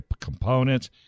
components